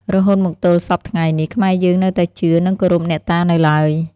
រហូតមកទល់សព្វថ្ងៃនេះ ខ្មែរយើងនៅតែជឿ និងគោរពអ្នកតានៅឡើយ។